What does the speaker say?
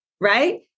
Right